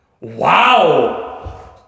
Wow